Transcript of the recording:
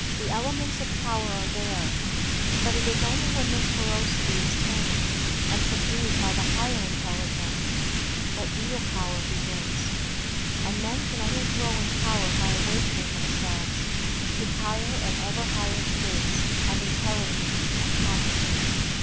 the elements of power are there but it is only when this ferocity is tamed and subdued by the higher intelligence that real power begins and men can only grow in power by awakening themselves to higher and ever higher states of intelligence and consciousness.